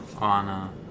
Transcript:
on